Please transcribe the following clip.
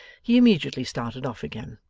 he immediately started off again,